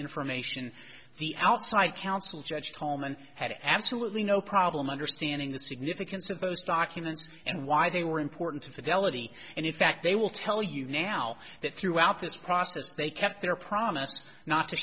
information the outside counsel judge home and had absolutely no problem understanding the significance of those documents and why they were important to fidelity and in fact they will tell you now that throughout this process they kept their promise not to